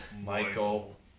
Michael